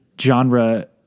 genre